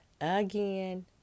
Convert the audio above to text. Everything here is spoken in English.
again